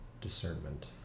discernment